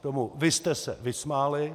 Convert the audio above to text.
Tomu vy jste se vysmáli.